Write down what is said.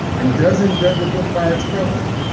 and doesn't judge a book by its cover,